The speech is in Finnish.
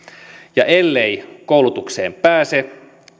ja ellei koulutukseen pääse